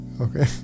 okay